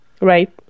Right